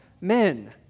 men